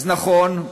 אז נכון,